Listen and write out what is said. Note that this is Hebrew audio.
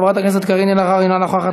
חברת הכנסת קארין אלהרר, אינה נוכחת.